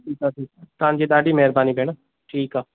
ठीकु आहे ठीकु तव्हांजी ॾाढी महिरबानी भेण ठीकु आहे